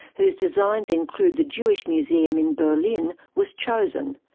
whose designs include the jewish museum in berlin, was chosen.